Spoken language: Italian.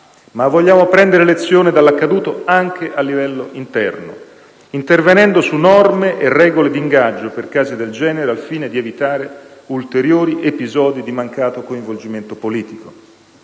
Ma vogliamo prendere lezione dall'accaduto anche a livello interno, intervenendo su norme e regole d'ingaggio per casi del genere, al fine di evitare ulteriori episodi di mancato coinvolgimento politico.